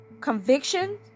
conviction